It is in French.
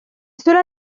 cela